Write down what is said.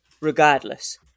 regardless